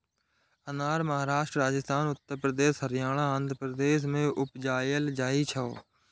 अनार महाराष्ट्र, राजस्थान, उत्तर प्रदेश, हरियाणा, आंध्र प्रदेश मे उपजाएल जाइ छै